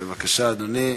בבקשה, אדוני.